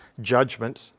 judgment